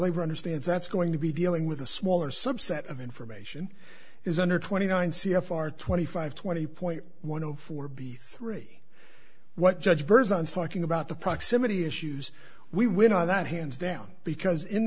labor understands that's going to be dealing with a smaller subset of information is under twenty nine c f r twenty five twenty point one zero four b three what judge burrs on talking about the proximity issues we will know that hands down because in